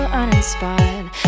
uninspired